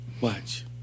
watch